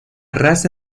raza